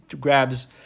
grabs